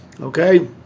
Okay